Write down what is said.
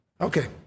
Okay